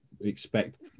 expect